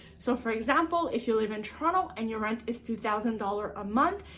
so, for example, if you live in toronto and your rent is two thousand dollars a month,